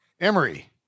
Emory